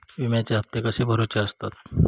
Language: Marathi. विम्याचे हप्ते कसे भरुचे असतत?